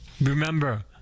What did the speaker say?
Remember